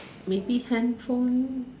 maybe handphone